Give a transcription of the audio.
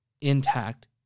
intact